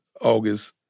August